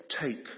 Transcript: Take